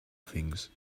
things